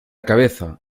cabeza